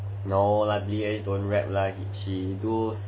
no lah billy eilish don't rap lah she do sad sad music